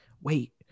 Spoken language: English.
Wait